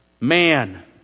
man